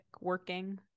working